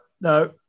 No